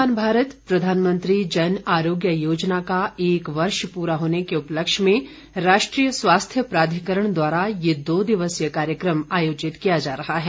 आयुष्मान भारत प्रधानमंत्री जन आरोग्य योजना का एक वर्ष प्ररा होने के उपलक्ष्य में राष्ट्रीय स्वास्थ्य प्राधिकरण द्वारा दो दिवसीय यह कार्यक्रम आयोजित किया जा रहा है